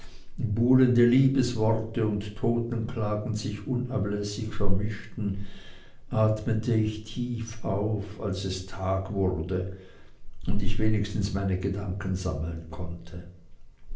buhlende liebesworte und totenklagen sich unablässig vermischten atmete ich auf als es tag wurde und ich wenigstens meine gedanken sammeln konnte